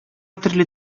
төрле